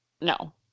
no